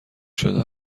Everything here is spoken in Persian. شده